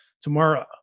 Tomorrow